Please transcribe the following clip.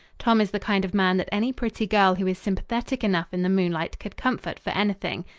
tom is the kind of man that any pretty girl who is sympathetic enough in the moonlight could comfort for anything.